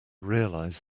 realize